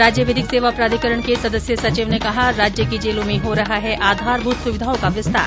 राज्य विधिक सेवा प्राधिकरण के सदस्य सचिव ने कहा राज्य की जेलों में हो रहा है आधारभूत सुविधाओं का विस्तार